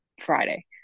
Friday